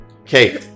Okay